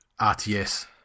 RTS